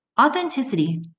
authenticity